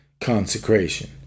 Consecration